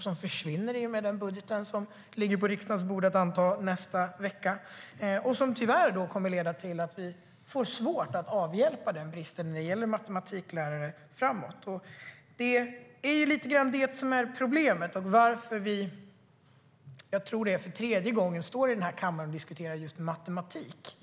Det försvinner alltså i och med den budget som ligger på riksdagens bord och som ska antas nästa vecka, och det kommer tyvärr att leda till att vi framåt får svårt att avhjälpa den bristen när det gäller matematiklärare. Det är lite grann det här som är problemet och anledningen till att utbildningsministern och jag för tredje gången, tror jag, står här i kammaren och diskuterar just matematik.